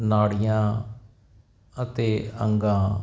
ਨਾੜੀਆਂ ਅਤੇ ਅੰਗਾਂ ਵਿੱਚ